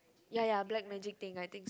ya ya black magic thing I think so